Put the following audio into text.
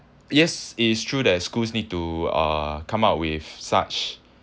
yes it is true that schools need to uh come up with such